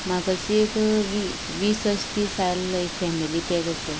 म्हाका शी एक वी वीस अशे पीस जाय आसले एक फॅमिली पॅक असो